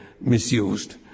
misused